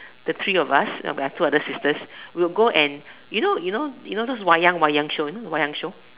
the three of us I have two other sisters we will go and you know you know you know those wayang wayang show you know the wayang show